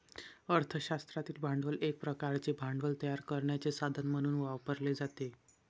अर्थ शास्त्रातील भांडवल एक प्रकारचे भांडवल तयार करण्याचे साधन म्हणून वापरले जाते